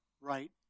right